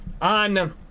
on